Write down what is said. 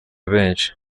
benshi